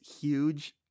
huge